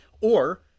or-